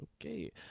Okay